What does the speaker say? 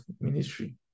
ministry